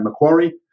Macquarie